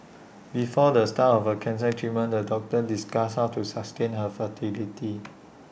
before the start of her cancer treatment the doctors discussed how to sustain her fertility